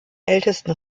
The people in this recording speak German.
ältesten